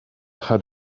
had